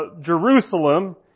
Jerusalem